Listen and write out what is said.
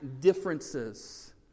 differences